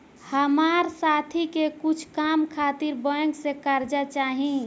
हमार साथी के कुछ काम खातिर बैंक से कर्जा चाही